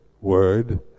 word